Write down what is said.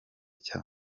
cya